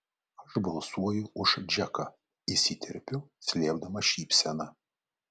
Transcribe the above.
aš balsuoju už džeką įsiterpiu slėpdama šypseną